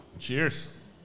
Cheers